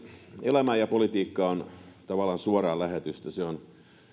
elämä ja politiikka ovat tavallaan suoraa lähetystä ne ovat myöskin